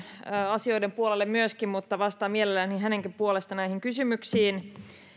asioiden puolelle mutta vastaan mielelläni hänenkin puolesta näihin kysymyksiin